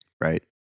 right